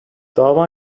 dava